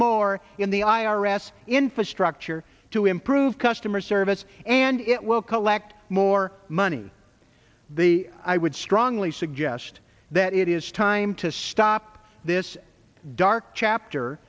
more in the i r s infrastructure to improve customer service and it will collect more money the i would strongly suggest that it is time to stop this dark chapter